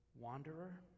Wanderer